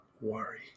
worry